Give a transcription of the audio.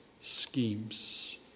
schemes